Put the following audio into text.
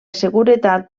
seguretat